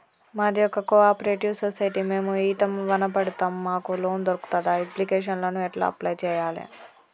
మాది ఒక cooperative society మేము ఈత వనం పెడతం మాకు లోన్ దొర్కుతదా? అప్లికేషన్లను ఎట్ల అప్లయ్ చేయాలే?